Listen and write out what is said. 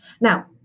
Now